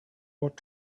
what